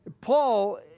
Paul